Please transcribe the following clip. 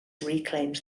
reclaimed